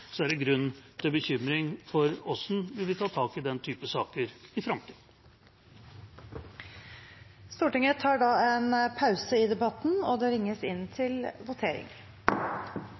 er det grunn til bekymring for hvordan en vil ta tak i den typen saker i framtida. Stortinget tar da en pause i debatten i sak nr. 2 Da ser det ut til at Stortinget er klar til